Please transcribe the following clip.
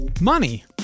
Money